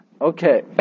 Okay